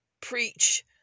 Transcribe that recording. preach